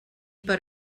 per